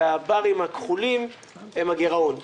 הכחולים - הם הגרעון.